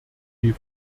wie